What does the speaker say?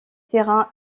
terrain